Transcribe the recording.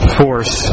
force